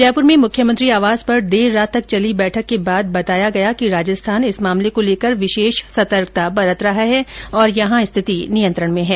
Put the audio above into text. जयपुर में मुख्यमंत्री आवास पर देर रात तक चली बैठक के बाद बताया गया कि राजस्थान इस मामले को लेकर विशेष सतर्कता बरत रहा है और यहां स्थिति नियंत्रण में है